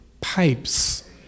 Pipes